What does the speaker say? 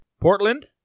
Portland